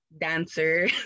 dancer